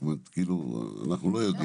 זאת אומרת כאילו אנחנו לא יודעים.